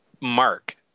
mark